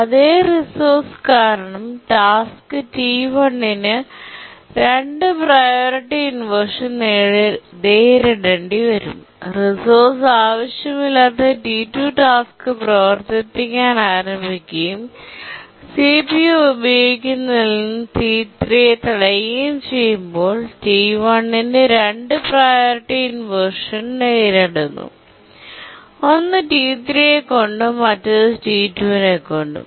അതേ റിസോഴ്സ് കാരണം task T1 ന് 2 പ്രിയോറിറ്റി ഇൻവെർഷൻ നേരിടേണ്ടിവരും റിസോഴ്സ് ആവശ്യമില്ലാത്ത T2 ടാസ്ക് പ്രവർത്തിപ്പിക്കാൻ ആരംഭിക്കുകയും സിപിയു ഉപയോഗിക്കുന്നതിൽ നിന്ന് T3 നെ തടയുകയും ചെയ്യുമ്പോൾ T1 ന് 2 പ്രിയോറിറ്റി ഇൻവെർഷൻ നേരിടുന്നു ഒന്ന് T 3 യെ കൊണ്ടും മറ്റേത് T2 യെ കൊണ്ടും